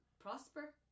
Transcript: prosper